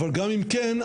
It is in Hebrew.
אבל אם כן,